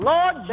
Lord